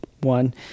one